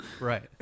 right